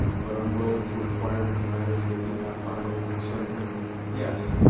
but unwilling to inquire into matters that did not properly concern him yes,